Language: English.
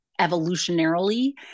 evolutionarily